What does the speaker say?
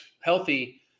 healthy